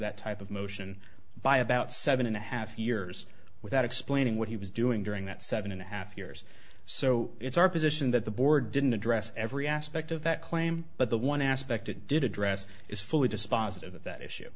that type of motion by about seven and a half years without explaining what he was doing during that seven and a half years so it's our position that the board didn't address every aspect of that claim but the one aspect it did address is fully dispositive of that issue